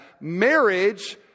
Marriage